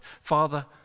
father